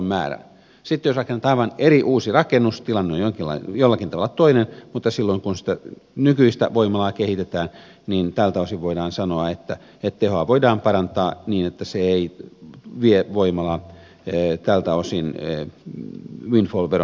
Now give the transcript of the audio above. sitten jos rakennetaan aivan eri uusi rakennus tilanne on jollakin tavalla toinen mutta silloin kun sitä nykyistä voimalaa kehitetään tältä osin voidaan sanoa että tehoa voidaan parantaa niin että se ei vie voimalaa tältä osin windfall veron piiriin